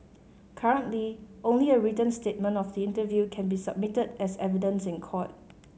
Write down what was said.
currently only a written statement of the interview can be submitted as evidence in court